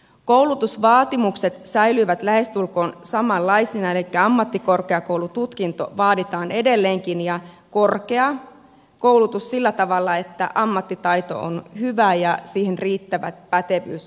koulutusvaatimukset säilyvät lähestulkoon samanlaisina elikkä ammattikorkeakoulututkinto vaaditaan edelleenkin ja korkea koulutus sillä tavalla että ammattitaito on hyvä ja siihen riittävä pätevyys olemassa